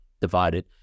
divided